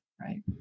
right